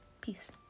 Peace